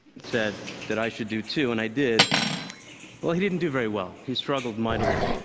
said that i should do too, and i did well, he didn't do very well. he struggled mightily.